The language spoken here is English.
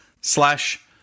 slash